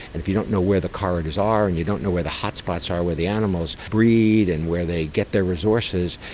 if you don't know where the corridors are and you don't know where the hotspots are where the animals breed and where they get their resources,